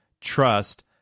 trust